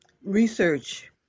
Research